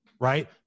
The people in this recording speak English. right